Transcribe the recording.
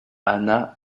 anna